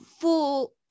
full